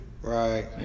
Right